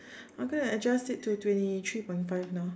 I'm gonna adjust it to twenty three point five now